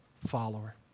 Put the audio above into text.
follower